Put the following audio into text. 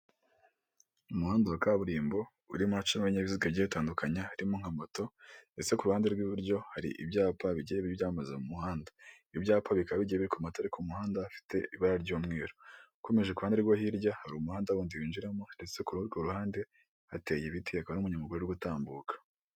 Umuhanda wa kaburimbo urimo uracamo ibinyabiziga bitandukanye harimo nka moto ndetse kurundi ruhande rw'iburyo hari ibyapa bigiye byamamaza kumuhanda. Ukomeje hirya hari umuhanda wundi winjiramo ndetse kuri urwo ruhande hateye ibiti hakaba n'umunyamaguru uri gutambuka.